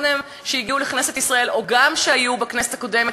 שהגיעו לכנסת ישראל או גם כשהיו בכנסת הקודמת,